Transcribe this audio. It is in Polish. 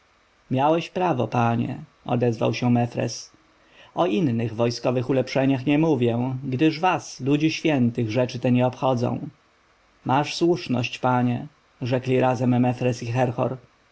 miałeś prawo panie odezwał się mefres o innych wojskowych ulepszeniach nie mówię gdyż was ludzi świętych rzeczy te nie obchodzą masz słuszność panie rzekli razem mefres i herhor